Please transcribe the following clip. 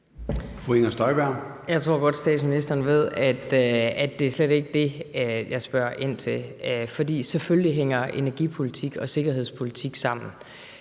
Inger Støjberg (DD): Jeg tror godt, at statsministeren ved, at det slet ikke er det, jeg spørger ind til. For selvfølgelig hænger energipolitik og sikkerhedspolitik sammen.